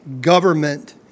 government